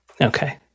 Okay